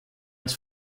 als